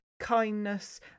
kindness